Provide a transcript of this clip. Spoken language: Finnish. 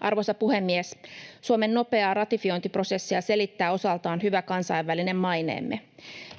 Arvoisa puhemies! Suomen nopeaa ratifiointiprosessia selittää osaltaan hyvä kansainvälinen maineemme.